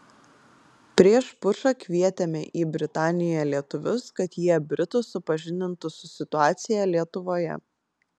prieš pučą kvietėme į britaniją lietuvius kad jie britus supažindintų su situacija lietuvoje